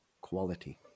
quality